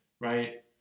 right